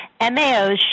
MAOs